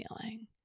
feeling